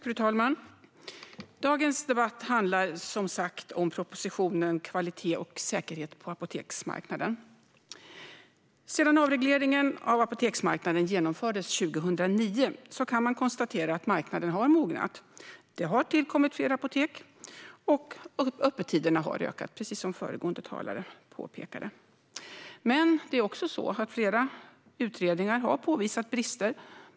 Fru talman! Dagens debatt handlar som sagt om propositionen Kvalitet och säkerhet på apoteksmarknaden . Sedan avregleringen av apoteksmarknaden genomfördes 2009 kan man konstatera att marknaden har mognat, att det tillkommit fler apotek och att öppettiderna har ökat, precis som föregående talare påpekade. Men det är också så att flera utredningar har påvisat brister.